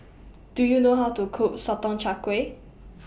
Do YOU know How to Cook Sotong Char Kway